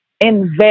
invest